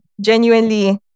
genuinely